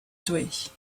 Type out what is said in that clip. durch